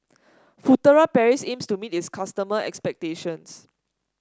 Furtere Paris aims to meet its customers' expectations